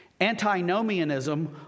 antinomianism